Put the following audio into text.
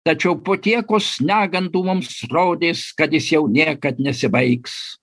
tačiau po tiekos negandų mums rodės kad jis jau niekad nesibaigs